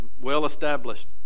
well-established